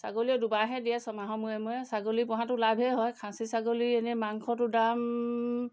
ছাগলীয়েও দুবাৰহে দিয়ে ছমাহৰ মূৰে মূৰে ছাগলী পোহাটো লাভেই হয় খাচী ছাগলী এনেই মাংসটোৰ দাম